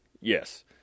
Yes